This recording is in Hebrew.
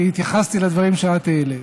כי התייחסתי לדברים שאת העלית.